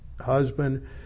husband